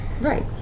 Right